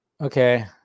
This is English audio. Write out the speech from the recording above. Okay